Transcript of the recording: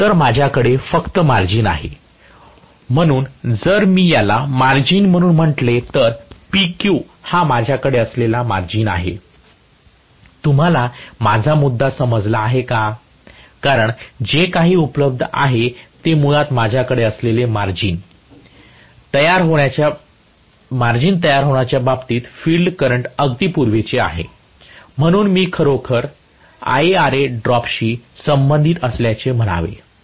तर माझ्याकडे हा फक्त मार्जिन आहे म्हणून जर मी याला मार्जिन म्हणून म्हटले तर PQ हा माझ्याकडे असलेला मार्जिन आहे तुम्हाला माझा मुद्दा समजला आहे का कारण जे काही उपलब्ध आहे ते मुळात माझ्याकडे असलेले मार्जिन तयार होण्याच्या बाबतीत फील्ड करंट अगदी पूर्वीचे आहे म्हणून मी हे खरेतर IaRa ड्रॉपशी संबंधित असल्याचे म्हणावे